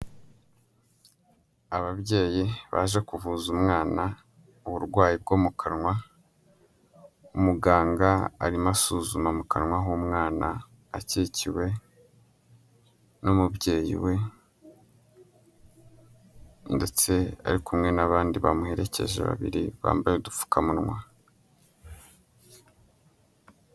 Ababyeyi baje kuvuza umwana uburwayi bwo mu kanwa, umuganga arimo asuzuma mu kanwa h'umwana akikiwe n'umubyeyi we, ndetse ari kumwe n'abandi bamuherekeje babiri, bambaye udupfukamunwa.